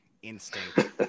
instinct